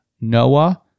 Noah